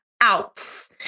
Outs